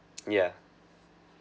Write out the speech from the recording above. yeah